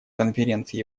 конференции